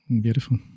Beautiful